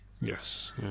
Yes